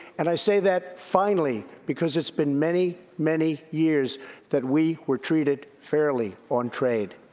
and i say that, finally, because it's been many, many years that we were treated fairly on trade.